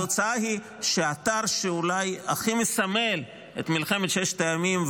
התוצאה היא שהאתר שאולי הכי מסמל את מלחמת ששת הימים,